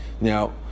Now